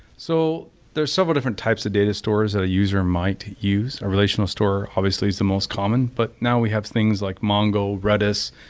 so there's several different types of data stores that a user might use. a relational store obviously is the most common, but now we have things like mongo, redis,